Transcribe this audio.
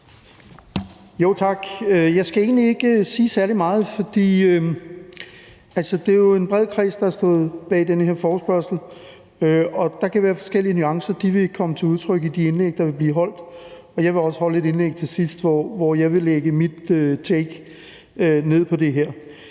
Tak. Jeg skal egentlig ikke sige særlig meget, for det er jo en bred kreds, der står bag den her forespørgsel. Der kan være forskellige nuancer. De vil komme til udtryk i de indlæg, der vil blive holdt. Og jeg vil også holde et indlæg til sidst, hvor jeg vil lægge mit take ned på det her.